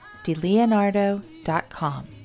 DeLeonardo.com